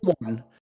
one